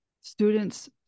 students